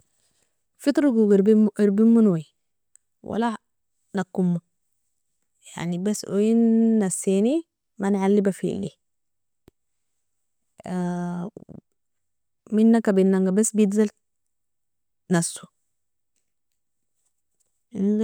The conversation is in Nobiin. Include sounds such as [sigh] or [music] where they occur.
Fitrga uu eribemon uui, wala ha- nakomo, yani bas uuin nasini man alibafili, [hesitation] mina kabin'anga bas bitzal naso inen gair. [unintelligible]